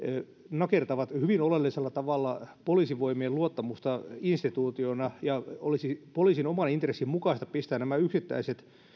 nakertavat hyvin oleellisella tavalla luottamusta poliisivoimiin instituutiona ja olisi poliisin oman intressin mukaista pistää nämä yksittäiset